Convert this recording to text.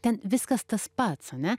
ten viskas tas pats ane